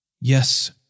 Yes